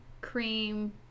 cream